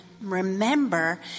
remember